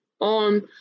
on